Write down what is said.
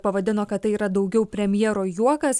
pavadino kad tai yra daugiau premjero juokas